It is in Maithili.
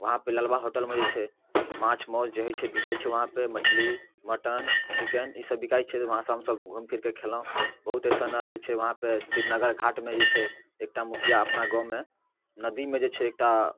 वहाँपर ललवा होटलमे जे छै माछ माउस जे होइ छै बिकाइ छै वहाँपर मछली मट्टन चिकेन ई सब बिकाइ छै वहाँसँ हमसब घूमि फिरि कऽ खेलहुँ बहुत अइसन जे छै वहाँपर शिवनगर घाटमे जे छै एकटा मुखिया अपना गाँवमे नदीमे जे छै एकटा